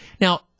Now